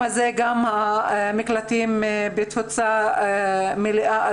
והמקלטים בתפוסה מלאה.